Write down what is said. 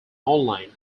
online